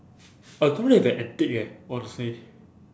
I don't have an antic eh honestly